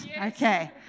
Okay